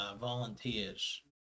volunteers